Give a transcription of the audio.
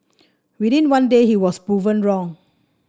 within one day he was proven wrong